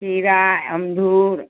खीरा अमदूर